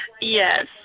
Yes